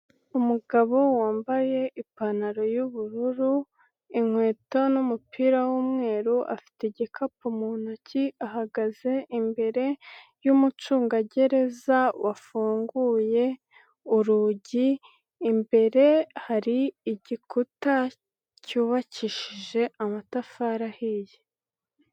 Umugabo wambaye ipantaro y'ubururu, inkweto n'umupira w'umweru, afite igikapu mu ntoki ahagaze imbere y'umucungagereza wafunguye urugi, imbere hari igikuta cyubakishije amatafari ahiye.